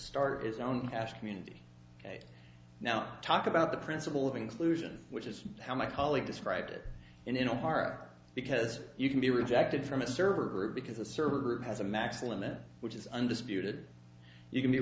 start its own cash community now talk about the principle of inclusion which is how my colleague described it in our part because you can be rejected from a server group because the server group has a max limit which is undisputed you can be